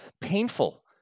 painful